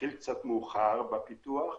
שהתחיל קצת מאוחר בפיתוח,